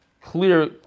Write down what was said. clear